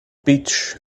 beach